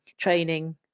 Training